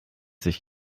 sich